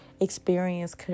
experience